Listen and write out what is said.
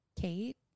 kate